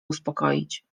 uspokoić